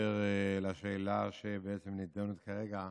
מאשר לשאלה שמתקיימת כרגע,